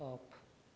off